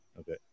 Okay